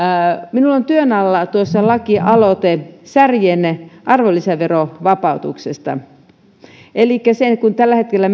minulla on työn alla lakialoite särjen arvonlisäverovapautuksesta elikkä kun tällä hetkellä